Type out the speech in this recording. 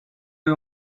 you